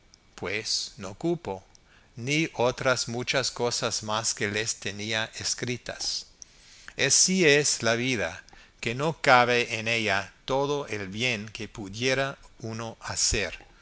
pues no cupo ni otras muchas cosas más que les tenía escritas así es la vida que no cabe en ella todo el bien que pudiera uno hacer